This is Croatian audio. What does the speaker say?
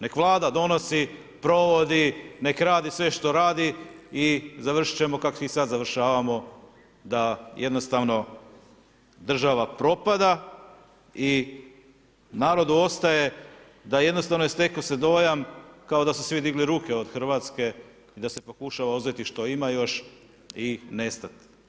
Nek Vlada donosi, provodi, nek radi sve što radi i završit ćemo kako i sad završavamo da jednostavno država propada i narodu ostaje da jednostavno stekao se dojam kao da su svi digli ruke od Hrvatske i da se pokušava uzeti što ima još i nestat.